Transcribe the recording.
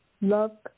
Love